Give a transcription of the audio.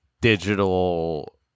digital